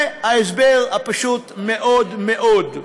זה ההסבר הפשוט מאוד מאוד,